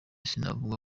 sinavuga